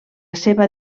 seva